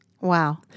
Wow